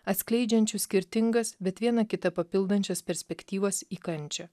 atskleidžiančių skirtingas bet viena kitą papildančias perspektyvos į kančią